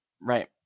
Right